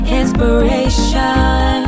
inspiration